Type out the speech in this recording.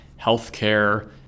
healthcare